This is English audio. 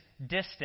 distance